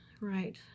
Right